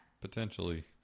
potentially